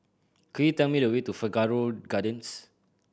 could you tell me the way to Figaro Gardens